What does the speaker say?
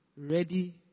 ready